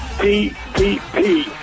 P-P-P